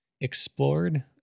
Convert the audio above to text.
explored